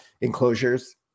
enclosures